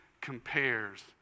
compares